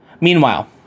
Meanwhile